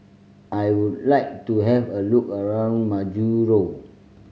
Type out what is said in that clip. I would like to have a look around Majuro